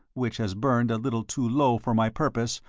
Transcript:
which has burned a little too low for my purpose,